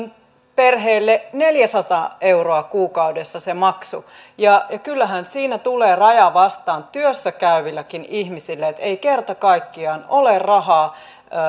perheelle neljäsataa euroa kuukaudessa kyllähän siinä tulee raja vastaan työssä käyvillä ihmisilläkin että ei kerta kaikkiaan ole rahaa